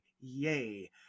Yay